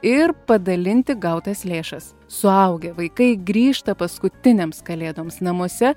ir padalinti gautas lėšas suaugę vaikai grįžta paskutinėms kalėdoms namuose